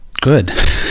good